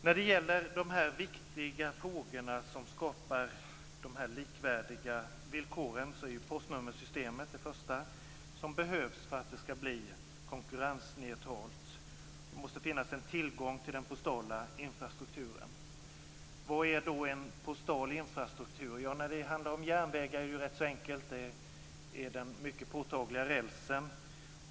När det gäller de likvärdiga villkoren är postnummersystemet det första som behövs för att det skall bli konkurrensneutralt. Det måste finnas en tillgång till den postala infrastrukturen. Vad är då en postal infrastruktur? När det handlar om järnvägar är det den mycket påtagliga rälsen.